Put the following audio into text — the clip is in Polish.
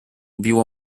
biło